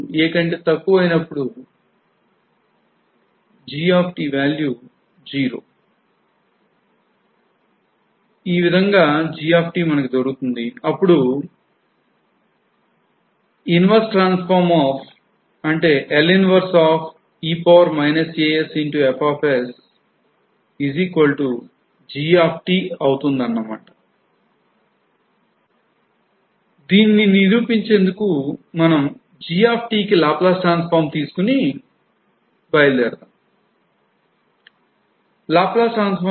ఏవిధంగాఅంటే దీనిని నిరూపించేందుకు మనం G కి Laplace Transform తీసుకుని మొదలుపెడదాం